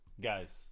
guys